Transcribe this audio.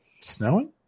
snowing